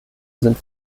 sind